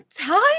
time